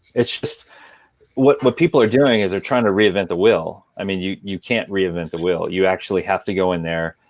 it's just what what people are doing is they're trying to reinvent the wheel. i mean you you can't reinvent the wheel. you actually have to go in there.